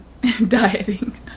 Dieting